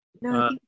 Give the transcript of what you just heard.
No